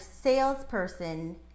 salesperson